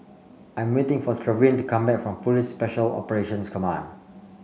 I'm waiting for Trevin to come back from Police Special Operations Command